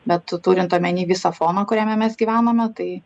bet turint omeny visą foną kuriame mes gyvename tai